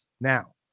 now